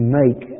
make